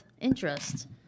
interest